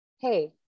hey